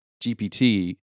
GPT